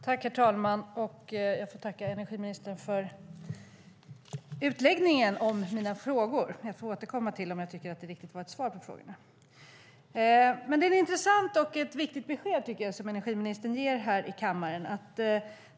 Herr talman! Jag tackar energiministern för utläggningen om mina frågor. Jag återkommer till om jag tycker att det var ett svar på frågorna. Jag tycker att det är ett intressant och viktigt besked som energiministern ger här i kammaren.